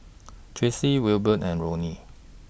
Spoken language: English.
Tracie Wilbert and Lonnie